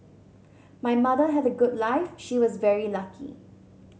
my mother had a good life she was very lucky